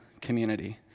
community